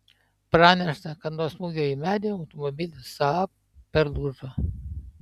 pranešta kad nuo smūgio į medį automobilis saab perlūžo